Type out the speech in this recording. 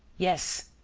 yes,